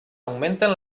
augmenten